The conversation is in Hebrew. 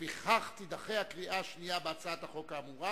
לפיכך תידחה הקריאה השנייה בהצעת החוק האמורה